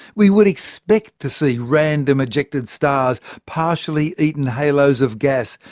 we would expect to see random ejected stars, partially eaten halos of gas,